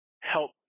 help